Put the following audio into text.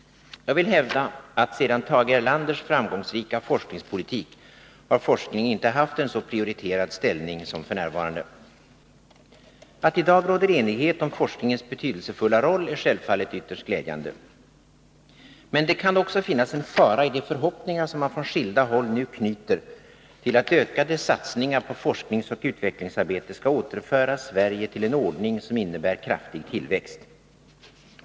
Jag vill hävda att sedan Tage Erlanders framgångsrika forskningspolitik har forskningen inte haft en så prioriterad ställning som f. n. Att det i dag råder enighet om forskningens betydelsefulla roll är självfallet ytterst glädjande. Det kan emellertid också finnas en fara i de förhoppningar som man från skilda håll nu knyter till att ökade satsningar på forskningsoch utvecklingsarbete skall återföra Sverige till en ordning som innebär kraftig tillväxt.